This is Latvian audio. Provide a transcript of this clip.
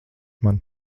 man